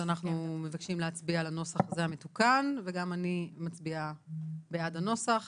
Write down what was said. אז אנחנו מבקשים, אני מצביעה בעד הנוסח